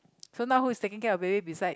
so now who is taking care of baby besides